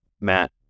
Matt